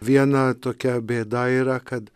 viena tokia bėda yra kad